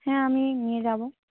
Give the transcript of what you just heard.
হ্যাঁ আমি নিয়ে যাব